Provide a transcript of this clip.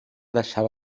deixava